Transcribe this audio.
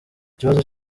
ikibazo